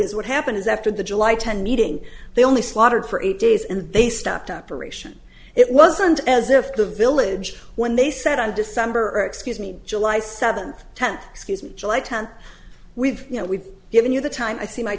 is what happens after the july tenth meeting they only slaughtered for eight days and they stopped operation it wasn't as if the village when they said on december excuse me july seventh tenth excuse me july tenth we've you know we've given you the time i see my